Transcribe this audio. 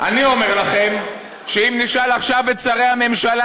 אני אומר לכם שאם נשאל עכשיו את שרי הממשלה,